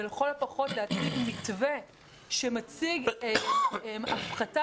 ולכל הפחות להציב מתווה שמציג הפחתה